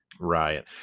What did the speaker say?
Right